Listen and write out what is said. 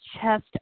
chest